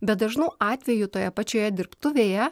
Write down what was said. bet dažnu atveju toje pačioje dirbtuvėje